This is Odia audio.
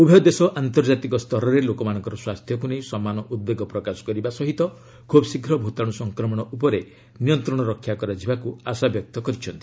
ଉଭୟ ଦେଶ ଆନ୍ତର୍ଜାତିକ ସ୍ତରରେ ଲୋକମାନଙ୍କର ସ୍ୱାସ୍ଥ୍ୟକୁ ନେଇ ସମାନ ଉଦ୍ବେଗ ପ୍ରକାଶ କରିବା ସହ ଖୁବ୍ ଶୀଘ୍ର ଭୂତାଣୁ ସଂକ୍ରମଣ ଉପରେ ନିୟନ୍ତ୍ରଣ ରକ୍ଷା କରାଯିବାକୁ ଆଶା ବ୍ୟକ୍ତ କରିଛନ୍ତି